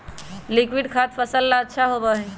liquid खाद फसल ला अच्छा होबा हई